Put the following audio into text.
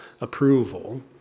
approval